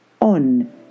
on